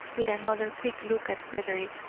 with another quick look at frederick,